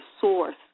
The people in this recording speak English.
source